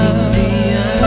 India